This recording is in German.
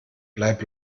bleib